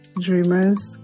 dreamers